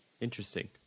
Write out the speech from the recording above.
Interesting